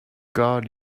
god